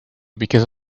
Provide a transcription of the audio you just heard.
because